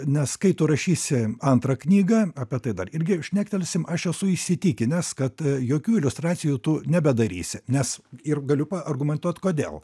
nes kai tu rašysi antrą knygą apie tai dar irgi šnektelsim aš esu įsitikinęs kad jokių iliustracijų tu nebedarysi nes ir galiu paargumentuot kodėl